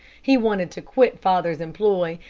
he wanted to quit father's employ,